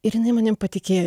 ir jinai manim patikėjo